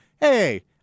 hey